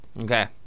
Okay